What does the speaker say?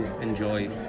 enjoy